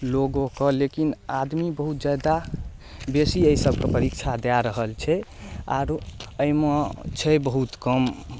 लोकोके लेकिन आदमी बहुत जादा बेसी एहिसबके परीक्षा दऽ रहल छै आओर एहिमे छै बहुत कम